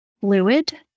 fluid